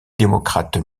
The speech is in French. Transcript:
démocrate